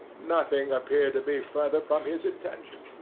nothing appeared to be further from his intention.